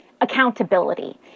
accountability